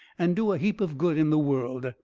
and do a heap of good in the world.